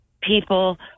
people